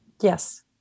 Yes